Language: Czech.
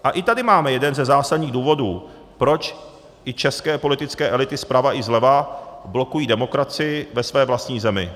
A i tady máme jeden ze zásadních důvodů, proč i české politické elity zprava i zleva blokují demokracii ve své vlastní zemi.